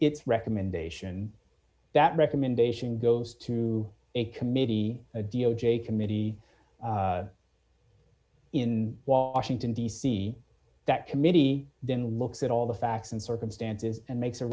its recommendation that recommendation goes to a committee d o j committee in washington d c that committee then looks at all the facts and circumstances and makes a